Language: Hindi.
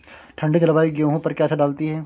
ठंडी जलवायु गेहूँ पर क्या असर डालती है?